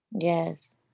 Yes